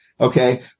Okay